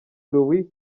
louis